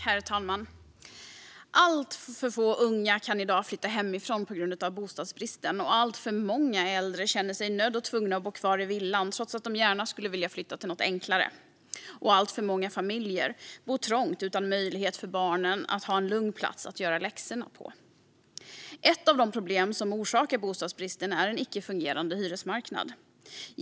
Herr talman! Alltför få unga kan i dag flytta hemifrån på grund av bostadsbristen. Alltför många äldre känner sig nödda och tvungna att bo kvar i villan trots att de gärna skulle vilja flytta till något enklare. Alltför många familjer bor också trångt utan möjlighet för barnen att ha en lugn plats att göra läxorna på. Ett av de problem som orsakar bostadsbristen är en icke fungerande hyresmarknad.